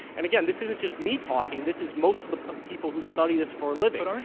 and, again, this isn't just me talking, this is most of the people who study this for a living.